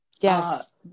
Yes